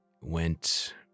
went